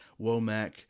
Womack